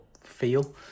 feel